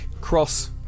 Cross